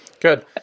good